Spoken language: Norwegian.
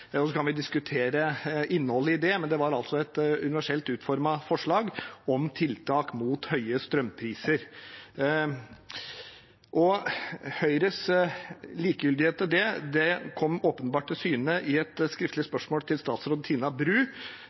kan diskutere innholdet i det, men det var et universelt utformet forslag om tiltak mot høye strømpriser. Høyres likegyldighet til det kom åpenbart til syne i forbindelse med et skriftlig spørsmål til daværende statsråd Tina Bru